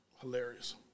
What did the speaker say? hilarious